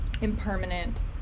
impermanent